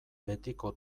betiko